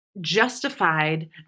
justified